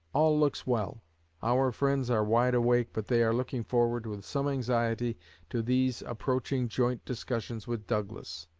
all looks well our friends are wide awake, but they are looking forward with some anxiety to these approaching joint discussions with douglas.